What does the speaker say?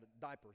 diapers